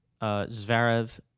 Zverev